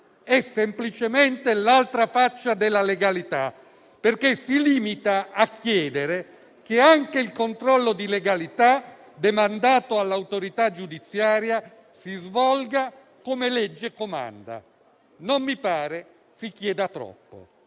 è semplicemente l'altra faccia della legalità, perché si limita a chiedere che anche il controllo di legalità demandato all'autorità giudiziaria si svolga come legge comanda. Non mi pare si chieda troppo.